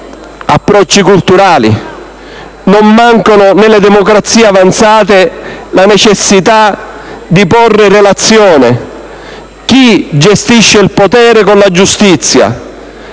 approcci culturali, non manca nelle democrazie avanzate la necessità di porre in relazione chi gestisce il potere con la giustizia,